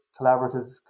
collaborative